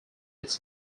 its